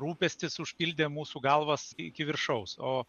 rūpestis užpildė mūsų galvas iki viršaus o